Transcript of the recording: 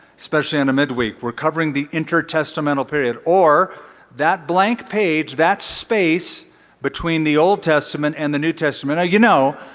especially, in a midweek. we're covering the intertestamental period, or that blank page that space between the old testament and the new testament. you know,